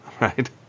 right